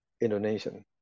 Indonesian